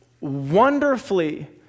wonderfully